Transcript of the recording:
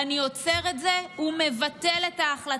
אני עוצר את זה ומבטל את ההחלטה.